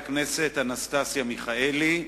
וחברת הכנסת אנסטסיה מיכאלי.